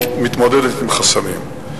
או מתמודדות עם חסמים.